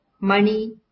money